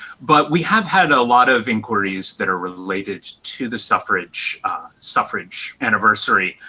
but we have had a lot of inquiries that are related to the suffrage suffrage anniversary.